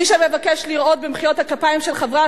מי שמבקש לראות במחיאות הכפיים של חברי